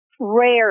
rare